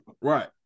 Right